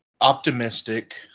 optimistic